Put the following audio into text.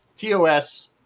TOS